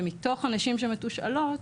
ומתוך הנשים שמתושאלות,